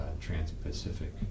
Trans-Pacific